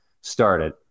started